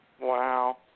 Wow